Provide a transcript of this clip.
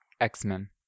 X-Men